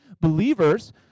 believers